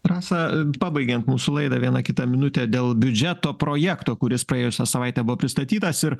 rasa pabaigiant mūsų laidą vieną kitą minutę dėl biudžeto projekto kuris praėjusią savaitę buvo pristatytas ir